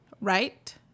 right